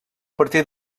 partir